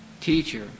teacher